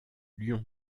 lion